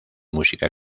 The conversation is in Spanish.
música